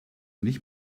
nicht